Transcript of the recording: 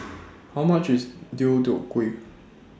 How much IS Deodeok Gui